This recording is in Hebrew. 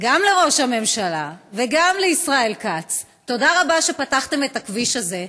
גם לראש הממשלה וגם לישראל כץ: תודה רבה על שפתחתם את הכביש הזה,